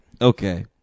Okay